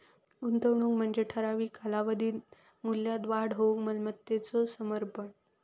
गुंतवणूक म्हणजे ठराविक कालावधीत मूल्यात वाढ होऊक मालमत्तेचो समर्पण